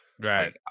Right